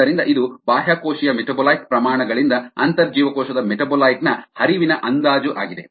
ಆದ್ದರಿಂದ ಇದು ಬಾಹ್ಯಕೋಶೀಯ ಮೆಟಾಬೊಲೈಟ್ ಪ್ರಮಾಣ ಗಳಿಂದ ಅಂತರ್ಜೀವಕೋಶದ ಮೆಟಾಬೊಲೈಟ್ ಹರಿವಿನ ಅಂದಾಜು ಆಗಿದೆ